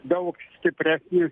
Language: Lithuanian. daug stipresnis